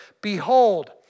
Behold